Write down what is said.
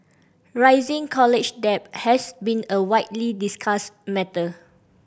rising college debt has been a widely discussed matter